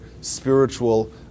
spiritual